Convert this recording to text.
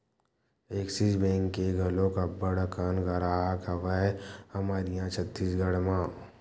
Axis bank के घलोक अब्बड़ अकन गराहक हवय हमर इहाँ छत्तीसगढ़ म